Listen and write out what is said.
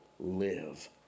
Live